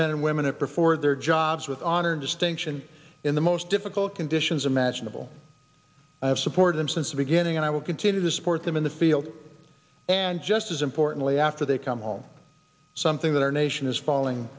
men and women it before their job jobs with honor and distinction in the most difficult conditions imaginable i have supported them since the beginning and i will continue to support them in the field and just as importantly after they come home something that our nation is falling